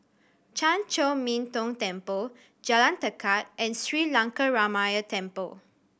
Chan Chor Min Tong Temple Jalan Tekad and Sri Lankaramaya Temple